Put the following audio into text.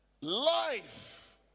life